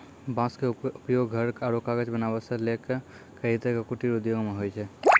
बांस के उपयोग घर आरो कागज बनावै सॅ लैक कई तरह के कुटीर उद्योग मॅ होय छै